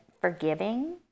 forgiving